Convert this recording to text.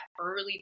early